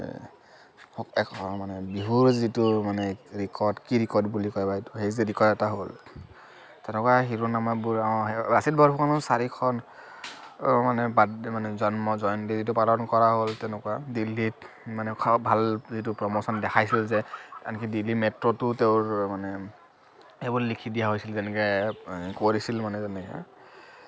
মানে বিহুৰ যিটো মানে ৰেকৰ্ড কি ৰেকৰ্ড বুলি কয় বাৰু এইটো সেই যে ৰেকৰ্ড এটা হ'ল তেনেকুৱা শিৰোনামাবোৰ অঁ লাচিত বৰফুকনৰ চাৰিশ মানে বাৰ্দডে মানে জন্ম জয়ন্তীটো পালন কৰা হ'ল তেনেকুৱা দিল্লীত মানে ভাল যিটো প্ৰমচন দেখাইছিল যে দিল্লী মেট্ৰ'তো তেওঁৰ মানে সেইবোৰ লিখি দিয়া হৈছিলে যেনেকে কৰিছিল মানে তেনেকে